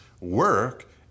work